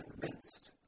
convinced